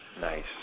Nice